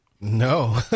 No